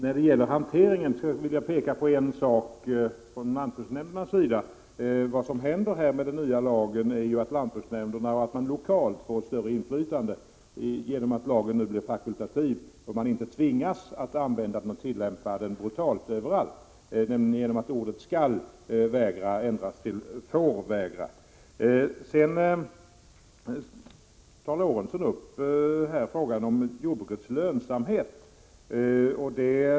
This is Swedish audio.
Fru talman! Vad som händer när det gäller lantbruksnämnderna och tillämpningen av den nya lagen är att man lokalt får större inflytande genom att lagen nu blir fakultativ. Man behöver inte tillämpa den överallt genom att orden ”skall vägra” ändras till ”får vägra”. Sedan tar Sven Eric Lorentzon upp frågan om jordbrukets lönsamhet.